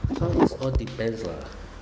it all depends lah